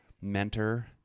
mentor